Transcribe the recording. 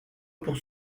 pour